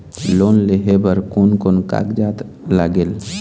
Loan लेहे बर कोन कोन कागजात लागेल?